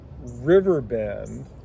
Riverbend